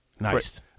Nice